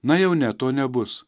na jau ne to nebus